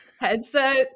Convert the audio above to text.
headset